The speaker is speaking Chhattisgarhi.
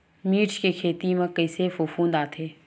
मिर्च के खेती म कइसे फफूंद आथे?